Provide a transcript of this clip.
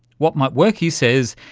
what might work, he says,